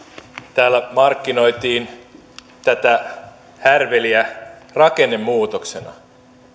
täällä markkinoitiin tätä härveliä rakennemuutoksena